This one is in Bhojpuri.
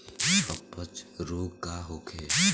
अपच रोग का होखे?